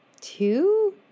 two